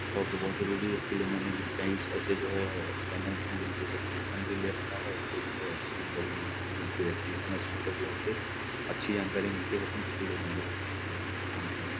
इसका उपयोग बहुत ज़रूरी है इसके लिए मैंने जो है कई ऐसे जो है चैनल्स है जिनके सब्सक्रिप्शन्स भी ले रखा हैं इससे जो है अच्छी बड़ी जानकारी भी मिलती रहती है समय समय पे जो है इससे अच्छी जानकारी मिलती रहती है इसके लिए मैं बहुत धन्यवाद देना चाहता हूँ